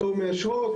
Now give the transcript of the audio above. פטור מאשרות,